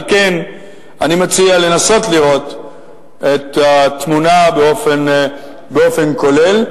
על כן אני מציע לנסות לראות את התמונה באופן כולל,